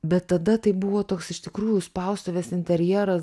bet tada tai buvo toks iš tikrųjų spaustuvės interjera